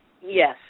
Yes